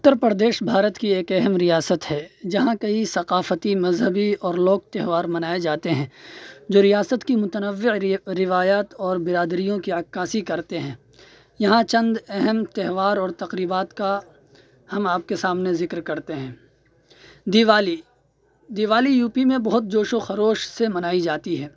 اتر پردیش بھارت کی ایک اہم ریاست ہے جہاں کئی ثقافتی مذبی اور لوک تہوار منائے جاتے ہیں جو ریاست کی متنوع روایات اور برادریوں کی عکاسی کرتے ہیں یہاں چند اہم تہوار اور تقریبات کا ہم آپ کے سامنے ذکر کرتے ہیں دیوالی دیوالی یو پی میں بہت جوش و خروش سے منائی جاتی ہے